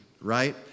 right